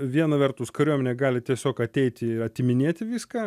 viena vertuskariuomenė gali tiesiog ateiti atiminėti viską